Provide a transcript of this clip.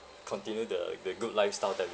continue the the good lifestyle that we